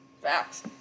facts